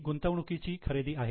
ही गुंतवणुकीची खरेदी आहे